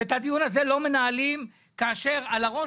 ואת הדיון הזה לא מנהלים כאשר על הראש